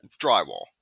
drywall